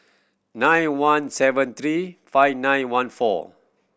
nine one seven three five nine one four